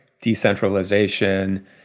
decentralization